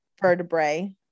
vertebrae